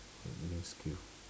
what new skill